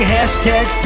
Hashtag